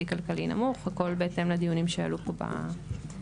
כלכלי נמוך הכול בהתאם לדיונים שעלו פה בוועדה.